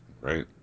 right